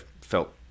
felt